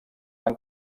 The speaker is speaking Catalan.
van